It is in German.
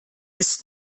ist